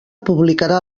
publicarà